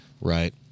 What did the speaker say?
Right